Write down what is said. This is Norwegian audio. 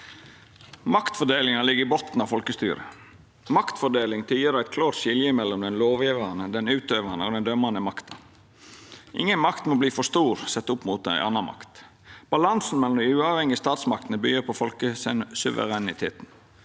Maktfordelinga ligg i botnen av folkestyret. Maktfordeling tyder eit klårt skilje mellom den lovgjevande, den utøvande og den dømmande makta. Inga makt må verta for stor sett opp mot ei anna makt. Balansen mellom dei uavhengige statsmaktene byggjer på folkesuvereniteten.